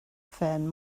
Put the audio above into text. phen